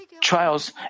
trials